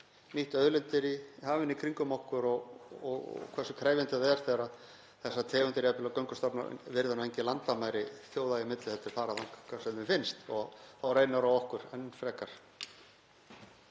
nýtt auðlindir í hafinu í kringum okkur og hversu krefjandi það er þegar þessar tegundir og göngustofnar virða engin landamæri þjóða í milli heldur fara hvert sem þeim finnst. Þá reynir á okkur enn frekar.